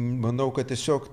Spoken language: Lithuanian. manau kad tiesiog